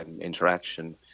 interaction